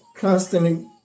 Constantly